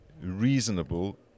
reasonable